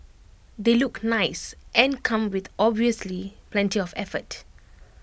they look nice and come with obviously plenty of effort